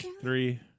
Three